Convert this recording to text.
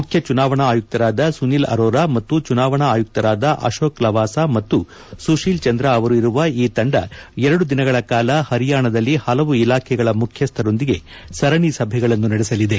ಮುಖ್ಯ ಚುನಾವಣಾ ಆಯುಕ್ತರಾದ ಸುನೀಲ್ ಅರೋರಾ ಮತ್ತು ಚುನಾವಣಾ ಆಯುಕ್ತರಾದ ಅಶೋಕ್ ಲವಾಸ ಮತ್ತು ಸುಶೀಲ್ ಚಂದ್ರ ಅವರು ಇರುವ ಈ ತಂಡ ಎರಡು ದಿನಗಳ ಕಾಲ ಪರಿಯಾಣದಲ್ಲಿ ಹಲವು ಇಲಾಖೆಗಳ ಮುಖ್ಯಸ್ನರೊಂದಿಗೆ ಸರಣಿ ಸಭೆಗಳನ್ನು ನಡೆಸಲಿದೆ